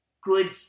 good